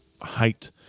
height